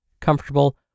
comfortable